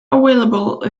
available